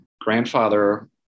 grandfather